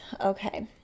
Okay